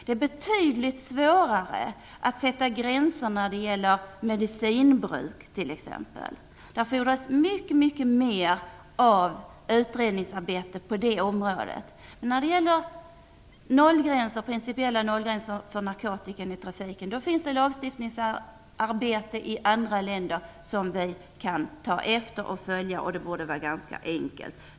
Det är betydligt svårare att sätta gränser t.ex. när det gäller medicinbruk. För detta fordras mycket mer av utredningsarbete. När det gäller en principiell nollgräns för narkotika i trafiken finns det lagstiftningsarbeten i andra länder som vi troligen ganska enkelt kan ta efter.